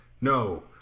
No